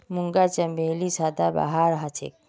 मूंगा चमेली सदाबहार हछेक